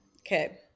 Okay